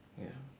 ya